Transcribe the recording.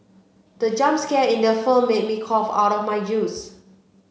the jump scare in the film made me cough out my use